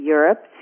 Europe